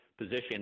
position